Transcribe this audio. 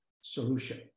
solution